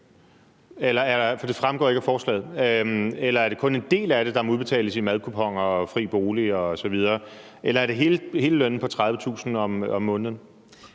Det fremgår ikke af forslaget. Er det kun en del af den, der må udbetales i form af madkuponer og fri bolig osv., eller er det hele lønnen på 30.000 kr. om måneden?